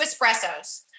espressos